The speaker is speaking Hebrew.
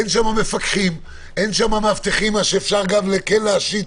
אין שם מפקחים או מאבטחים שכן יכולנו להשית